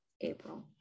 April